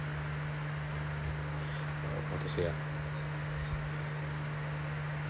how to say ah